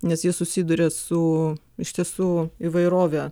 nes jie susiduria su iš tiesų įvairove